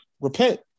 repent